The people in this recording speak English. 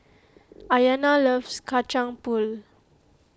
Ayana loves Kacang Pool